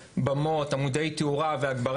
שלפי הבנתנו זה כלי עזר לאירועים האם במקרה